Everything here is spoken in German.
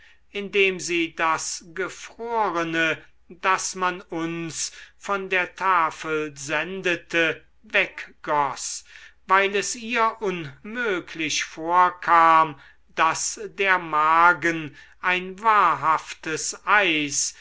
indem sie das gefrorene das man uns von der tafel sendete weggoß weil es ihr unmöglich vorkam daß der magen ein wahrhaftes eis